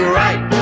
right